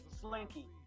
Slinky